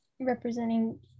representing